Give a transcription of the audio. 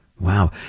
Wow